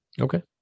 Okay